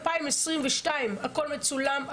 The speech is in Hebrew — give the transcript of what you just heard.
הכול מצולם,